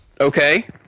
Okay